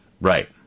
Right